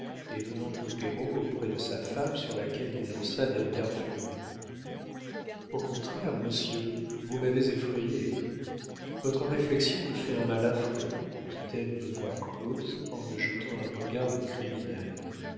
et venant au perron auprès de sa femme sur laquelle il lança des regards furieux au contraire monsieur vous m'avez effrayée votre réflexion me fait un mal affreux dit-elle d'une voix creuse en me jetant un regard de criminelle